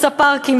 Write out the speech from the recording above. הפארקים,